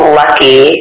lucky